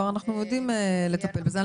אנחנו יודעים לטפל בזה.